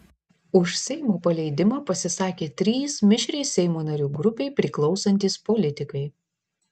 už seimo paleidimą pasisakė trys mišriai seimo narių grupei priklausantys politikai